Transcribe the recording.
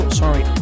sorry